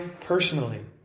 personally